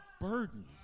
burden